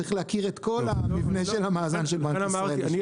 צריך להכיר את כל המבנה של המאזן של בנק ישראל בשביל להבין.